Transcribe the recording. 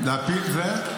להפיל זה?